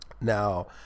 Now